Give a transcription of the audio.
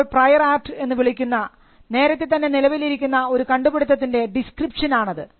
നമ്മൾ prior art എന്ന് വിളിക്കുന്ന നേരത്തെ തന്നെ നിലവിലിരിക്കുന്ന ഒരു കണ്ടുപിടുത്തത്തിൻറെ ഡിസ്ക്രിപ്ഷൻ ആണത്